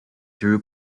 true